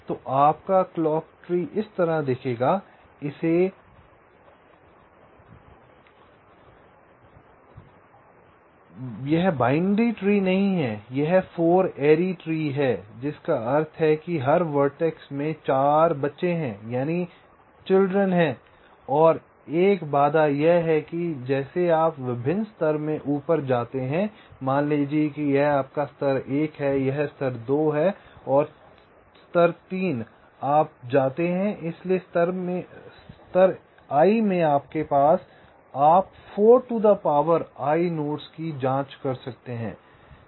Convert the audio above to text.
तो आपका clock tree इस तरह दिखेगा इसे a कहा जाता है यह बाइनरी ट्री नहीं है यह 4 एरी ट्री है जिसका अर्थ है कि हर वर्टेक्स में 4 बच्चे हैं और 1 बाधा यह है कि जैसे आप विभिन्न स्तर में ऊपर जाते हैं मान लें कि यह आपका स्तर 1 है यह स्तर 2 है तो स्तर 3 आप जाते हैं इसलिए स्तर i में आपके पास है आप 4 to the power i nodes की जांच कर सकते हैं